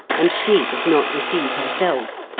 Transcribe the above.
and she does not deceive herself.